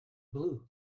blue